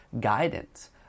guidance